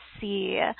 see